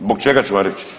Zbog čega ću vam reć?